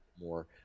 more